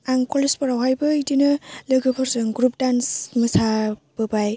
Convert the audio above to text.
आं कलेजफोरावहायबो बिदिनो लोगोफोरजों ग्रुप दान्स मोसाबोबाय